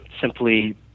simply